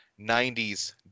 90s